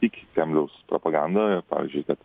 tiki kremliaus propaganda ir pavyzdžiui kad